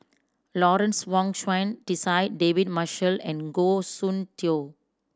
Lawrence Wong Shyun Tsai David Marshall and Goh Soon Tioe